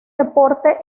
deporte